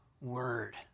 word